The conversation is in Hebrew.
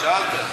שאלת.